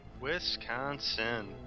Wisconsin